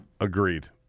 Agreed